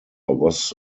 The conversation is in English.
was